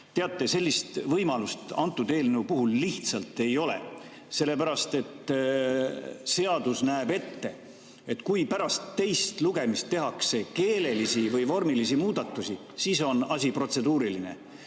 sellist võimalust selle eelnõu puhul lihtsalt ei ole, sellepärast et seadus näeb ette, et kui pärast teist lugemist tehakse keelelisi või vormilisi muudatusi, siis on asi protseduuriline.